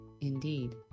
indeed